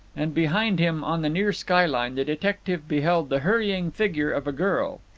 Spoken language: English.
and behind him, on the near skyline, the detective beheld the hurrying figure of a girl.